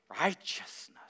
righteousness